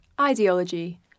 ideology